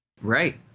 Right